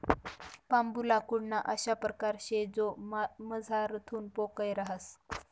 बांबू लाकूडना अशा परकार शे जो मझारथून पोकय रहास